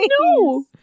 no